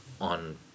on